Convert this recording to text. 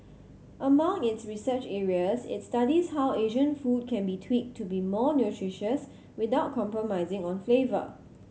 among its research areas it studies how Asian food can be tweaked to be more nutritious without compromising on flavour